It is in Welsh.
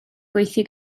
gweithio